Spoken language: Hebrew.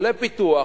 עולה פיתוח,